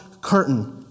curtain